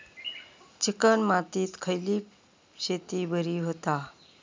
Chicken मातीत खयली शेती बरी होता?